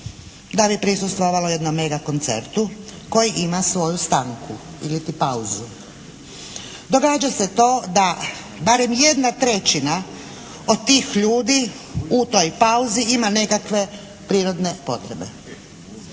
da bi prisustvovalo jednom mega koncertu koji ima svoju stanku ili pauzu. Događa se to da barem jedna trećina od tih ljudi u toj pauzi ima nekakve prirodne potrebe.